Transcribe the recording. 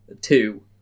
Two